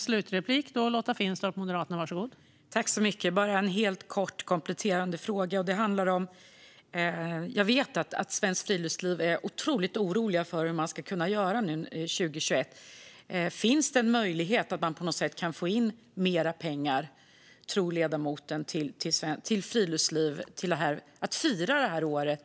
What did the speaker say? Fru talman! Jag har bara en kort kompletterande fråga. Jag vet att man på Svenskt Friluftsliv är otroligt orolig när det gäller vad man ska kunna göra 2021. Tror ledamoten att det finns en möjlighet att på något sätt få in mer pengar för att fira Friluftslivets år 2021?